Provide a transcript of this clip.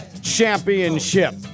championship